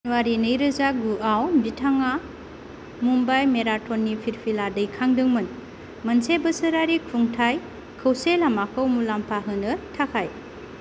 जानुवारि नैरोजा गुआव बिथाङा मुंबाइ मेराथननि फिरफिला दैखोदोंमोन मोनसे बोसोरारि खुंथाय खौसे लामाखौ मुलामफा होनो थाखाय